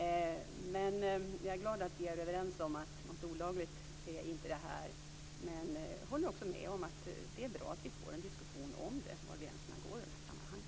Jag är glad att vi är överens om att det här inte är något olagligt, men jag håller också med om att det är bra att vi får en diskussion om var gränserna går i det här sammanhanget.